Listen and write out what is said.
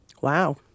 Wow